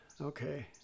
Okay